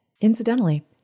Incidentally